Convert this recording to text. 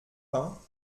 pain